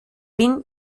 bin